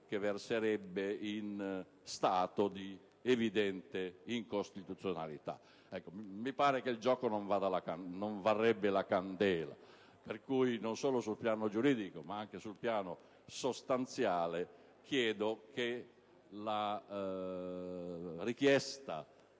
2 verserebbe in stato di evidente incostituzionalità). Mi pare che il gioco non valga la candela; quindi, non solo sul piano giuridico ma anche sul piano sostanziale, chiedo che la richiesta